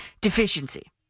deficiency